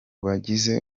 bagize